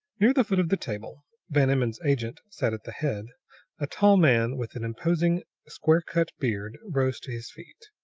near the foot of the table van emmon's agent sat at the head a tall man with an imposing, square-cut beard rose to his feet.